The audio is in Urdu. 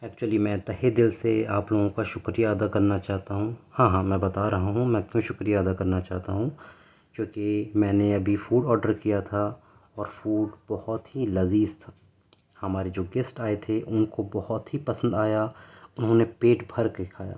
ایکچولی میں تہہ دل سے آپ لوگوں کا شکریہ ادا کرنا چاہتا ہوں ہاں ہاں میں بتا رہا ہوں میں کیوں شکریہ ادا کرنا چاہتا ہوں کیونکہ میں نے ابھی فوڈ آڈر کیا تھا اور فوڈ بہت ہی لذیذ تھا ہمارے جو گیسٹ آئے تھے ان کو بہت ہی پسند آیا انہوں نے پیٹ بھر کے کھایا